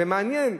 ומעניין,